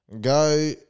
Go